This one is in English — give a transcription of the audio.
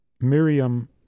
Miriam